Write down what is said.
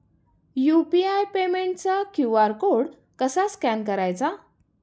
UPI पेमेंटचा QR code कसा scan करायचा?